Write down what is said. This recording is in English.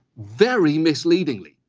very misleadingly.